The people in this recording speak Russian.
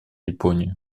японии